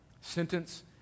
sentence